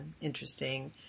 interesting